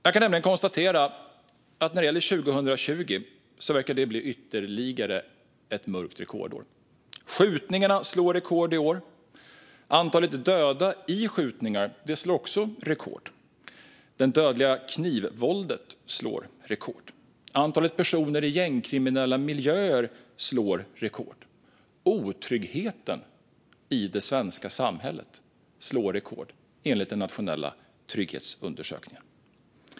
Jag kan nämligen konstatera att 2020 verkar bli ytterligare ett år av mörka rekord. Skjutningarna slår rekord i år. Antalet döda i skjutningar slår också rekord. Det dödliga knivvåldet slår rekord. Antalet personer i gängkriminella miljöer slår rekord. Otryggheten i det svenska samhället slår rekord, enligt den nationella trygghetsundersökningen.